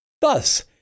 Thus